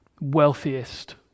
wealthiest